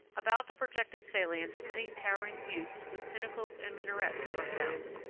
about the projected salients many towering buttes, with pinnacles and minarets, are found.